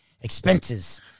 expenses